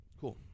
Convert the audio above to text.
Cool